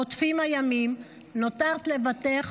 רודפים הימים / נותרת לבדך,